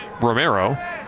Romero